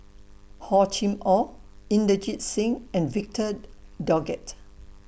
Hor Chim Or Inderjit Singh and Victor Doggett